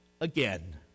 again